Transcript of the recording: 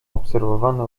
obserwowane